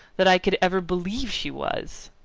that i could ever believe she was!